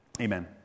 Amen